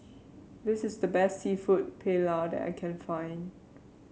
this is the best seafood Paella that I can find